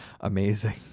amazing